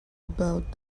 about